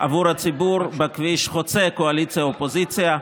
מאוד עבור הציבור בכביש חוצה קואליציה ואופוזיציה.